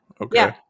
Okay